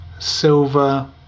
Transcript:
silver